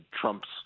Trump's